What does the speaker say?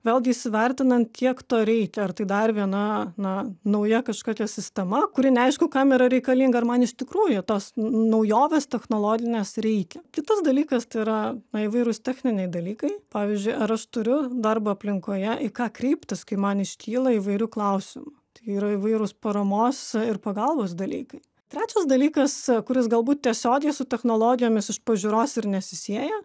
vėlgi įsivertinant kiek to reikia ar tai dar viena na nauja kažkokia sistema kuri neaišku kam yra reikalinga ar man iš tikrųjų tos naujovės technologinės reikia kitas dalykas tai yra įvairūs techniniai dalykai pavyzdžiui ar aš turiu darbo aplinkoje į ką kreiptis kai man iškyla įvairių klausimų tai yra įvairūs paramos ir pagalbos dalykai trečias dalykas kuris galbūt tiesiogiai su technologijomis iš pažiūros ir nesisieja